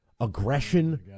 aggression